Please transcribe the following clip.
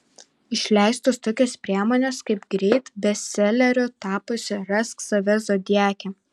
išleistos tokios priemonės kaip greit bestseleriu tapusi rask save zodiake